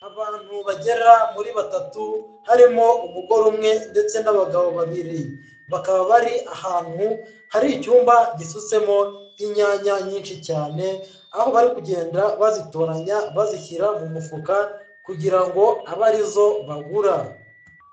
Abantu bagera muri batatu harimo umugore umwe ndetse n'abagabo babiri. Bakaba bari ahantu hari icyumba gisutsemo inyanya nyinshi cyane, aho bari kugenda bazitoranya, bazishyira mu mufuka kugira ngo abe ari zo bagura.